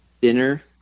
dinner